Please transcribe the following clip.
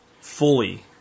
fully